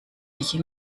sich